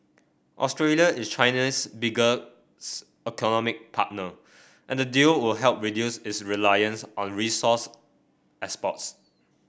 Australia is China's bigger economic partner and the deal would help reduce its reliance on resource exports